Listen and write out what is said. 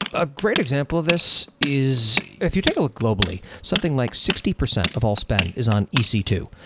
a great example of this is if you take a look globally, something like sixty percent of all spend is on e c two.